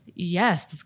Yes